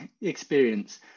experience